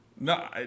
No